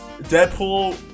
Deadpool